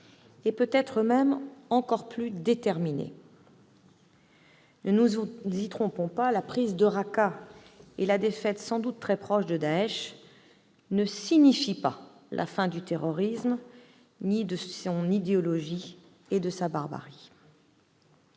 et peut-être encore plus déterminés. Ne nous y trompons pas, la prise de Raqqa et la défaite, sans doute très proche, de Daech ne signifient pas la fin du terrorisme, de son idéologie et de sa barbarie.